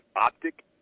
optic